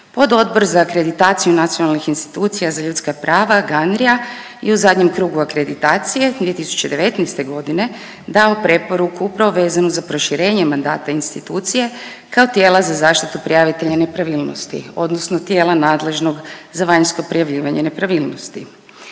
pododbor za akreditaciju nacionalnih institucija za ljudska prava Ganria i u zadnjem krugu akreditacije 2019. godine dao preporuku upravo vezanu za proširenje mandata institucije kao tijela za zaštitu prijavitelja nepravilnosti, odnosno tijela nadležnog za vanjsko prijavljivanje nepravilnosti.